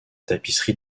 tapisserie